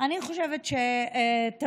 אני חושבת שתמיד,